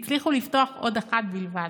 הצליחו לפתוח עוד אחת בלבד.